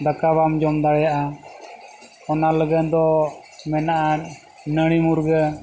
ᱫᱟᱠᱟ ᱵᱟᱢ ᱡᱚᱢ ᱫᱟᱲᱮᱭᱟᱜᱼᱟ ᱚᱱᱟ ᱞᱟᱹᱜᱤᱫ ᱫᱚ ᱢᱮᱱᱟᱜᱼᱟ ᱱᱟᱹᱲᱤ ᱢᱩᱨᱜᱟᱹ